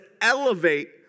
elevate